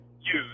use